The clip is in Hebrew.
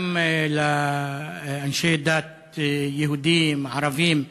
גם לאנשי דת יהודים, ערבים,